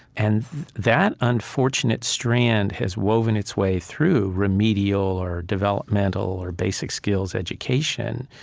and that unfortunate strand has woven its way through remedial, or developmental, or basic skills education.